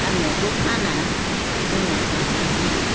फाननायाथ' फाना जोंना जानांगौसो